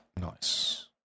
Nice